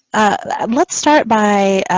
ah um let's start by